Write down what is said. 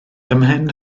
ymhen